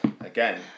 again